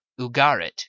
Ugarit